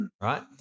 right